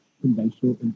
conventional